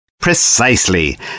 Precisely